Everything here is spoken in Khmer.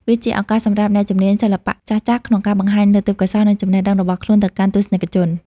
វាជាឱកាសសម្រាប់អ្នកជំនាញសិល្បៈចាស់ៗ ក្នុងការបង្ហាញនូវទេពកោសល្យ និងចំណេះដឹងរបស់ខ្លួនទៅកាន់ទស្សនិកជន។